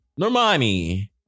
Normani